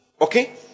Okay